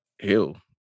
hell